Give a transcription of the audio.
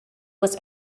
was